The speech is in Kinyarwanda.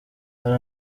hari